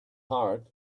heart